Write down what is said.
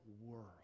world